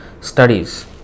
studies